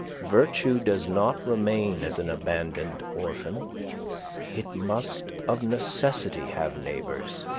virtue does not remain as an abandoned orphan it must of necessity have neighbors.